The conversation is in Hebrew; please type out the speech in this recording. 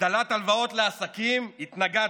הגדלת הלוואות לעסקים, התנגדתם,